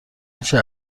میشه